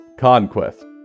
conquest